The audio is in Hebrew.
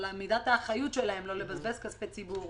אבל מידת האחריות שלהם לא לבזבז כספי ציבור